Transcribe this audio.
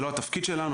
זה לא התפקיד שלנו,